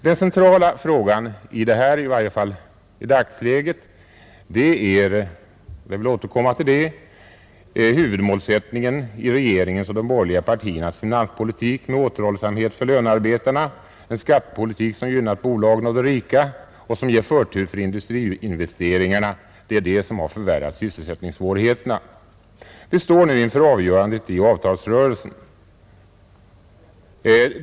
Den centrala frågan, i varje fall i dagsläget, är — jag vill återkomma till det — huvudmålsättningen i regeringens och de borgerliga partiernas finanspolitik med återhållsamhet för lönearbetarna och en skattepolitik som gynnar bolagen och de rika och som ger förtur för industriinvesteringarna. Det är det som har förvärrat sysselsättningssvårigheterna. Vi står nu inför avgörandet i avtalsrörelsen.